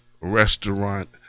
Restaurant